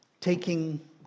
Taking